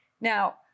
Now